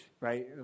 right